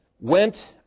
went